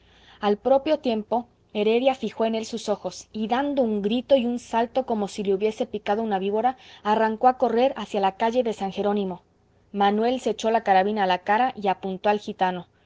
al propio tiempo heredia fijó en él sus ojos y dando un grito y un salto como si le hubiese picado una víbora arrancó a correr hacia la calle de san jerónimo manuel se echó la carabina a la cara y apuntó al gitano